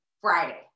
Friday